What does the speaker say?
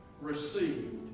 received